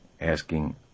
Asking